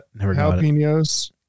jalapenos